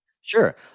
Sure